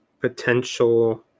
potential